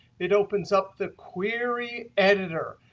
it opens up the query editor.